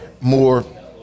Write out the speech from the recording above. more